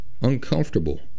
uncomfortable